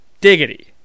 diggity